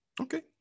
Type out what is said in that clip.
Okay